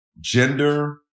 gender